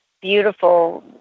beautiful